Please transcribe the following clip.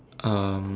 um